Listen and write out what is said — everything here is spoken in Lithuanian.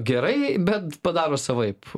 gerai bet padaro savaip